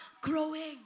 growing